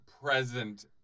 present